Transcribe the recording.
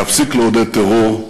להפסיק לעודד טרור,